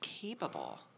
capable